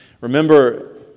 Remember